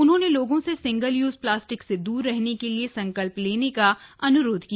उन्होंने लोगों से सिंगल यूज प्लास्टिक से दूर रहने के लिए संकल्प लेने का अनुरोध किया